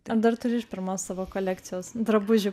ar dar turi iš pirmos savo kolekcijos drabužių